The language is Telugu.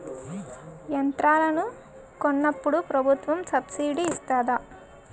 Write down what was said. యంత్రాలను కొన్నప్పుడు ప్రభుత్వం సబ్ స్సిడీ ఇస్తాధా?